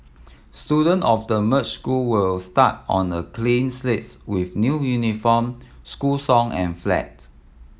students of the merged school will start on a clean slate with new uniform school song and flag